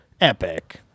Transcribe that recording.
epic